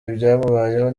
ibyamubayeho